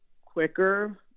quicker